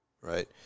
right